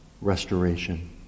restoration